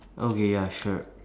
okay ya sure